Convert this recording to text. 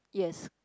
yes